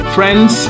Friends